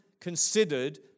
considered